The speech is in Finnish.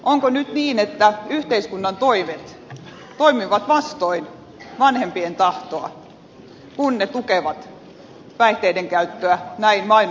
onko nyt niin että yhteiskunnan toimet toimivat vastoin vanhempien tahtoa kun ne tukevat päihteiden käyttöä näin mainonnan avulla